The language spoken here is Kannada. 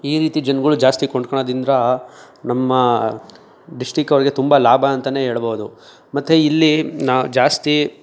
ಈ ರೀತಿ ಜನಗಳು ಜಾಸ್ತಿ ಕೊಂಡ್ಕೊಳ್ಳೋದ್ರಿಂದ ನಮ್ಮ ಡಿಸ್ಟ್ರಿಕ್ಟ್ ಅವ್ರಿಗೆ ತುಂಬ ಲಾಭ ಅಂತಲೇ ಹೇಳ್ಬೋದು ಮತ್ತು ಇಲ್ಲಿ ನಾವು ಜಾಸ್ತಿ